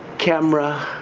camera,